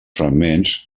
fragments